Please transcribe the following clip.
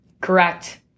Correct